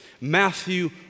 Matthew